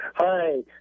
Hi